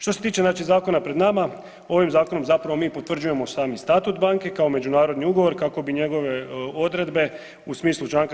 Što se tiče znači zakona pred nama ovim zakonom zapravo mi potvrđujemo sami statut banke kao međunarodni ugovor kako bi njegove odredbe u smislu čl.